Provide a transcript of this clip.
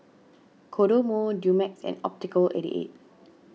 Kodomo Dumex and Optical eighty eight